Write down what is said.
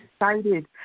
excited